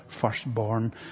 firstborn